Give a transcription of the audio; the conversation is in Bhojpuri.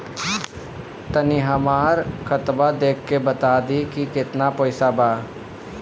तनी हमर खतबा देख के बता दी की केतना पैसा बा?